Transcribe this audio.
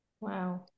Wow